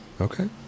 Okay